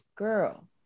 girl